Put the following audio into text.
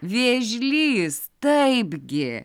vėžlys taip gi